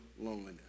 loneliness